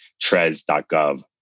trez.gov